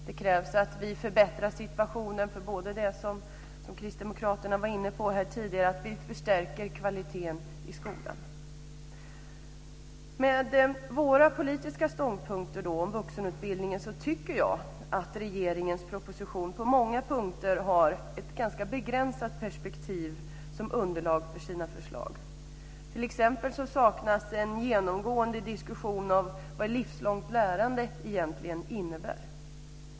Det krävs att vi förbättrar situationen för det som Kristdemokraterna var inne på här tidigare, att vi förstärker kvaliteten i skolan. Med våra politiska ståndpunkter på vuxenutbildningen tycker jag att regeringen i propositionen på många punkter har ett ganska begränsat perspektiv som underlag för sina förslag, t.ex. saknas en genomgående diskussion om vad ett livslångt lärande egentligen innebär.